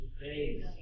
face